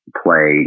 play